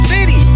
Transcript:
City